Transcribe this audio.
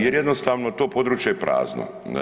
Jer jednostavno to područje je prazno.